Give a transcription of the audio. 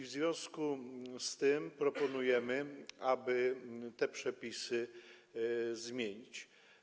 W związku z tym proponujemy, aby te przepisy zmienić.